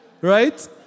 Right